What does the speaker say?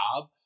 job